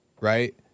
right